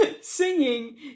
singing